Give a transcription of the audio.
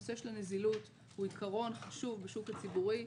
נושא של הנזילות הוא עיקרון חשוב בשוק הציבורי,